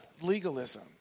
legalism